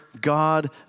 God